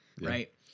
right